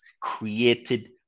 created